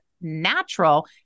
natural